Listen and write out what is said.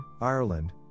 Ireland